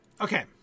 Okay